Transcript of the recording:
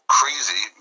crazy